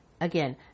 Again